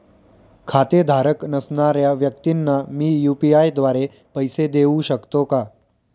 खातेधारक नसणाऱ्या व्यक्तींना मी यू.पी.आय द्वारे पैसे देऊ शकतो का?